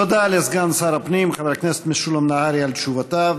תודה לסגן שר הפנים חבר הכנסת משולם נהרי על תשובותיו,